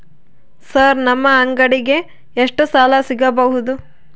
Sir ನಮ್ಮ ಅಂಗಡಿಗೆ ಎಷ್ಟು ಸಾಲ ಸಿಗಬಹುದು?